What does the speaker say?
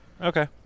Okay